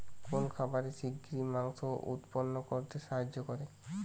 কোন খাবারে শিঘ্র মাংস উৎপন্ন করতে সাহায্য করে?